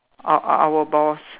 uh our boss